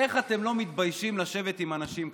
איך אתם לא מתביישים לשבת עם אנשים כאלה?